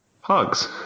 hugs